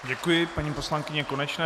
Děkuji paní poslankyni Konečné.